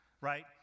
right